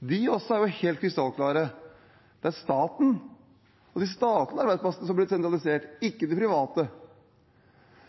De er også helt krystallklare: Det er staten og de statlige arbeidsplassene som har blitt sentralisert, ikke de private.